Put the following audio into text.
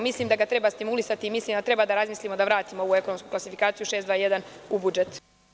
Mislim da ga treba stimulisati i mislim da treba da vratimo ovu ekonomsku klasifikaciju 621 u budžet.